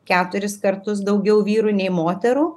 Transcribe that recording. keturis kartus daugiau vyrų nei moterų